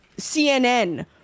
cnn